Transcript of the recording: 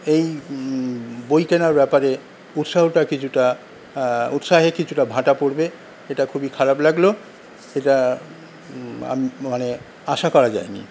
এই বই কেনার ব্যাপারে উৎসাহটা কিছুটা উৎসাহে কিছুটা ভাঁটা পড়বে এটা খুবই খারাপ লাগলো সেটা আমি মানে আশা করা যায়নি